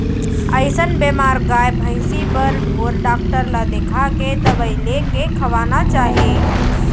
अइसन बेमार गाय भइंसी बर ढोर डॉक्टर ल देखाके दवई लेके खवाना चाही